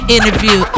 interview